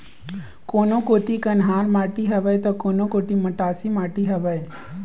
कोनो कोती कन्हार माटी हवय त, कोनो कोती मटासी माटी हवय